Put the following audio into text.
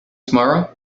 tomorrow